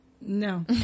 No